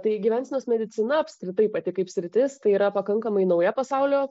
tai gyvensenos medicina apskritai pati kaip sritis tai yra pakankamai nauja pasaulio